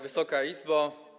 Wysoka Izbo!